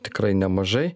tikrai nemažai